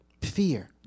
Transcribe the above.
fear